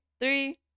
Three